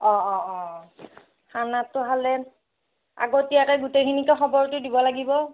অঁ অঁ অঁ খানাটো খালে আগতীয়াকে গোটেইখিনিকে খবৰটো দিব লাগিব